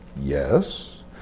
yes